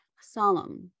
solemn